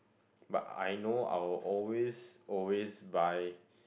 but I know I will always always buy